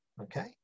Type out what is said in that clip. okay